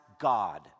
God